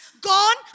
Gone